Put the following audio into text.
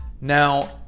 Now